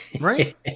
right